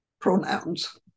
pronouns